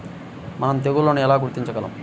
మనం తెగుళ్లను ఎలా గుర్తించగలం?